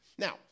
Now